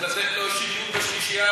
צריך לתת לו שריון בחמישייה.